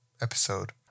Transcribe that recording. episode